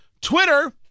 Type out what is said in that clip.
Twitter